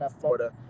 Florida